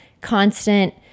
constant